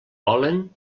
volen